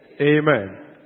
Amen